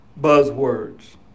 Buzzwords